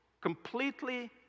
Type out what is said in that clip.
completely